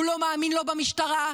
הוא לא מאמין במשטרה,